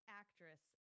actress